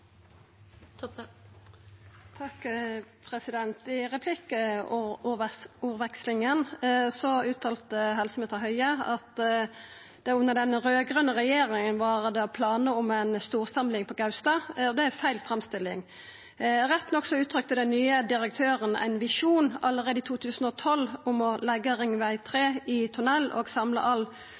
helseminister Høie at under den raud-grøne regjeringa var det planar om ei storsamling på Gaustad. Det er feil framstilling. Rett nok uttrykte den nye direktøren allereie i 2012 ein visjon om å leggja Ring 3 i tunnel og samla all